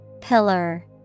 Pillar